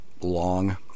long